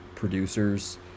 producers